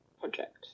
project